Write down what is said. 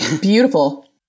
Beautiful